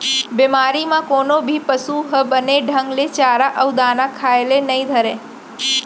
बेमारी म कोनो भी पसु ह बने ढंग ले चारा अउ दाना खाए ल नइ धरय